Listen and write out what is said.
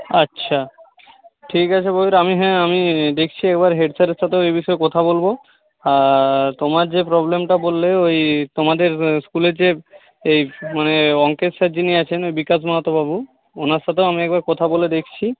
আচ্ছা ঠিক আছে আমি হ্যাঁ আমি দেখছি একবার হেডস্যারের সাথেও ওই বিষয়ে কথা বলবো আর তোমার যে প্রবলেমটা বললে ওই তোমাদের স্কুলের যে মানে অংকের স্যার যিনি আছেন বিকাশ মাহাতোবাবু ওনার সাথেও আমি একবার কথা বলে দেখছি